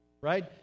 right